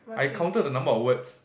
I counted the number of words